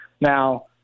Now